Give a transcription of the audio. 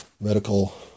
medical